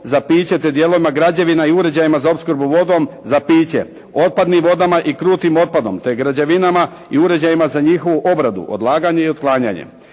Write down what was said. za piće, te dijelovima građevina i uređajima za opskrbu vodom za piće, otpadnim vodama i krutim otpadom, te građevinama i uređajima za njihovu obradu, odlaganje i otklanjanje.